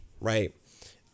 right